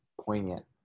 poignant